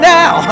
now